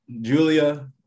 Julia